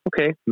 Okay